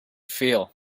feel